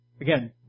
again